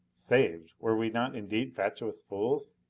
saved? were we not indeed fatuous fools?